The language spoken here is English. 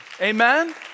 Amen